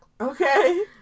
Okay